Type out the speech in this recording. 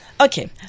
Okay